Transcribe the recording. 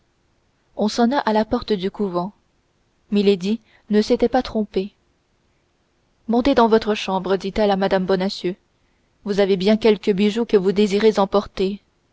on sonna à la porte du couvent milady ne s'était pas trompée montez dans votre chambre dit-elle à mme bonacieux vous avez bien quelques bijoux que vous désirez emporter